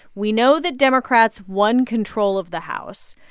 we know the democrats won control of the house,